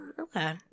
Okay